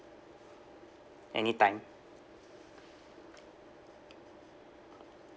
anytime